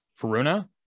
Faruna